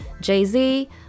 Jay-Z